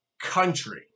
country